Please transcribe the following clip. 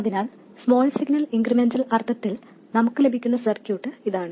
അതിനാൽ small signal incremental അർത്ഥത്തിൽ നമുക്ക് ലഭിക്കുന്ന സർക്യൂട്ട് ഇതാണ്